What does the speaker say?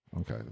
Okay